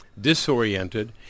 disoriented